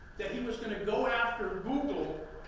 that he was going to go after google,